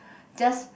just